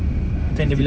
ah